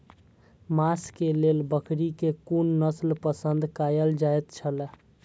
मांस के लेल बकरी के कुन नस्ल पसंद कायल जायत छला?